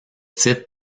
titres